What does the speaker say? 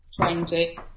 twenty